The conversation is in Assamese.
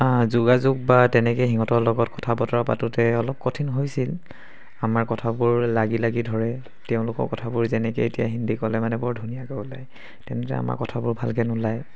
যোগাযোগ বা তেনেকৈ সিহঁতৰ লগত কথা বতৰা পাতোঁতে অলপ কঠিন হৈছিল আমাৰ কথাবোৰ লাগি লাগি ধৰে তেওঁলোকৰ কথাবোৰ যেনেকৈ এতিয়া হিন্দী ক'লে মানে বৰ ধুনীয়াকৈ ওলায় তেনেদৰে আমাৰ কথাবোৰ ভালকৈ নোলায়